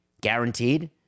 Guaranteed